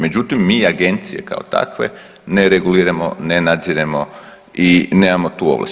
Međutim, mi agencije kao takve ne reguliramo, ne nadziremo i nemamo tu ovlast.